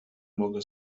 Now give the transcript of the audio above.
mogę